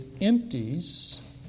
empties